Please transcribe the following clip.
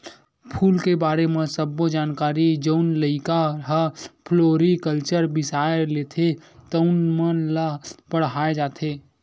फूल के बारे म सब्बो जानकारी जउन लइका ह फ्लोरिकलचर बिसय लेथे तउन मन ल पड़हाय जाथे